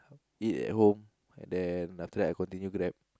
eat at home and then after that I continue Grab